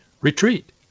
retreat